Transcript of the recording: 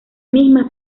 mismas